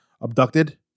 abducted